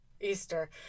Easter